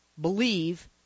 believe